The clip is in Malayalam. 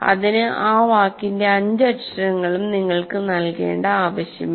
അതിനു ആ വാക്കിന്റെ അഞ്ച് അക്ഷരങ്ങളും നിങ്ങൾക്ക് നൽകേണ്ട ആവശ്യമില്ല